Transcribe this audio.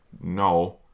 no